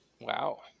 wow